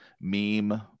meme